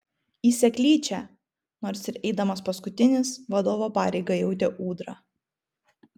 į seklyčią nors ir eidamas paskutinis vadovo pareigą jautė ūdra